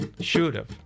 should've